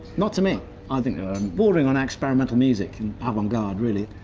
not to me. i think they were bordering on experimental music and avant-garde, really.